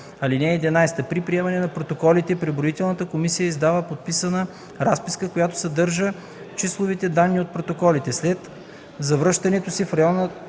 ал. 8. (11) При приемане на протоколите преброителната комисия издава подписана разписка, която съдържа числовите данни от протоколите. След завръщането си в района